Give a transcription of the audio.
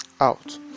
out